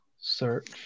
Search